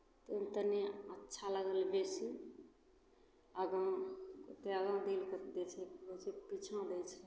तऽ ओहिमे तनी अच्छा लागल बेसी आगाँ कोइ आगाँ दिल दै छै पीछाँ दै छै